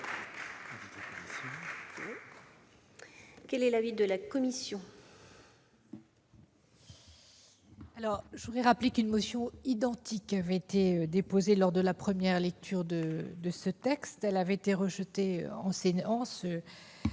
Quel est l'avis de la commission ?